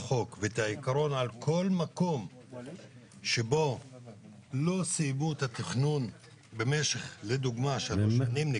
בחוק ואת העיקרון בכל מקום שלא סיימו את התכנון במשך שלוש שנים,